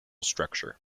structure